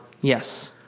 Yes